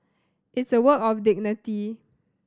it's a work of dignity